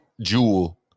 jewel